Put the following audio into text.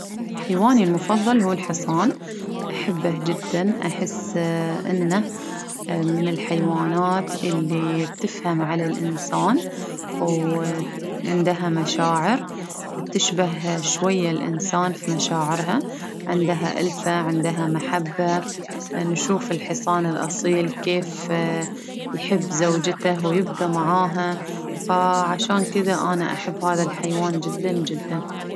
حيواني المفظل هو الحصان، أحبه جدا، أحس اه إنه من الحيوانات اللي تفهم على الإنسان، و- عندها مشاعر بتشبه شوية الإنسان في مشاعرها، عندها ألفة عندها محبة، نشوف الحصان الاصيل كيف يحب زوجته ويبقى معاها، عشان كذا أنا أحب هذا الحيوان جدا جدا.